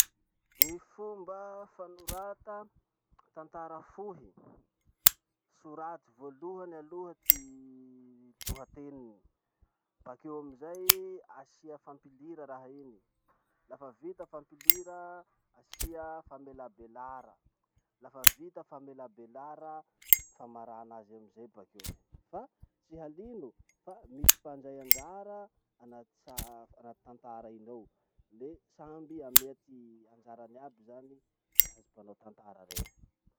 Gny fomba fanorata tantara fohy. Soraty voalohany aloha ty lohateniny. Bakeo amizay, asia fampilira raha iny, lafa vita fampilira, asia famelabelara, lafa vita famelabelara, famarana azy amizay bakeon'iny fa tsy halino fa misy mpandray anjara anaty tsa- anaty tantara iny ao. Le samby amea ty anjarany aby zany azy mpanao tantara rey.